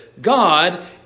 God